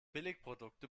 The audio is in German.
billigprodukte